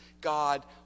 God